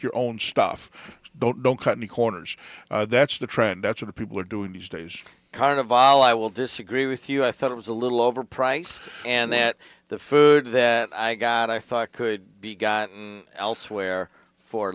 your own stuff don't don't cut any corners that's the trend that's a people are doing these days carneval i will disagree with you i thought it was a little overpriced and that the food that i got i thought could be gotten elsewhere for